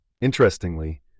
Interestingly